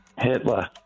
Hitler